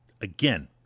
Again